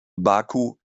baku